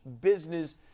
business